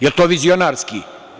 Jel to vizionarski?